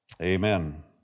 Amen